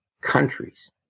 countries